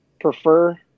prefer